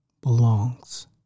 belongs